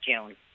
June